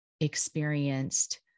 experienced